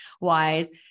wise